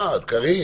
קארין.